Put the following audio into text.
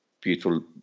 beautiful